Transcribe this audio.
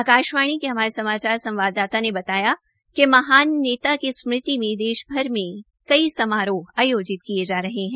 आकाशवाणी के संवाददाता ने बताया कि महान नेता की स्मृति में देश भर में कई समारोह आयोजित किये जा रहे है